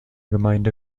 gemeinde